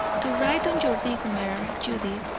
to ride on your big mare, judith,